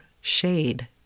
shade